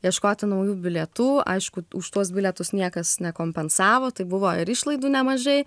ieškoti naujų bilietų aišku už tuos bilietus niekas nekompensavo tai buvo ir išlaidų nemažai